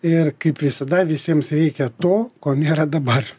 ir kaip visada visiems reikia to ko nėra dabar